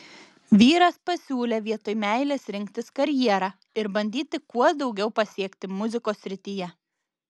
vyras pasiūlė vietoj meilės rinktis karjerą ir bandyti kuo daugiau pasiekti muzikos srityje